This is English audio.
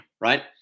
right